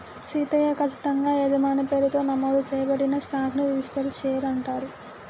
సీతయ్య, కచ్చితంగా యజమాని పేరుతో నమోదు చేయబడిన స్టాక్ ని రిజిస్టరు షేర్ అంటారు